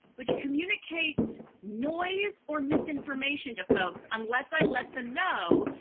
which communicates noise or misinformation to folks. unless i let them know,